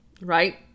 right